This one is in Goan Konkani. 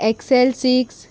XL six